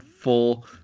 full